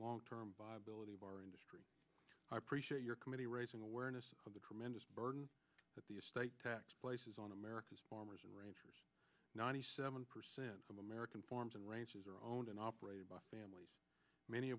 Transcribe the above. long term viability of our industry i appreciate your committee raising awareness of the tremendous burden that the state tax places on america's farmers and ranchers ninety seven percent of american farms and ranches are owned and operated by families many